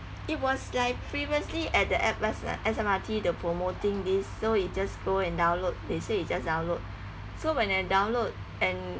it was like previously at the S_M S_M_R_T the promoting this so we just go and download they say you just download so when I download and